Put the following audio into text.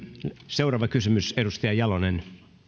seuraava kysymys edustaja jalonen